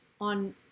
on